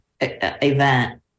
event